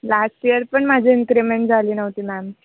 last year पण माझी increment झाली नव्हती मॅम